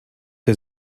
der